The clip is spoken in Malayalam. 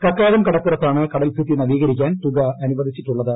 കാക്കാഴം കടപ്പുറത്താണ് കടൽഭിത്തി നവീകരിക്കാൻ തുക അനുവദി ച്ചിട്ടുള്ളത്